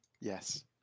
Yes